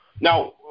now